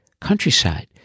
countryside